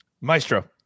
Maestro